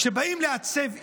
כשבאים לעצב עיר,